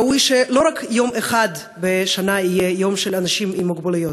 ראוי שלא רק יום אחד בשנה יהיה יום של אנשים עם מוגבלות,